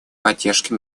поддержки